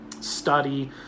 study